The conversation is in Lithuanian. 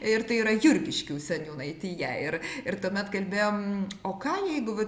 ir tai yra jurgiškių seniūnaitija ir ir tuomet kalbėjom o ką jeigu va